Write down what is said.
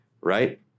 right